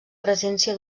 presència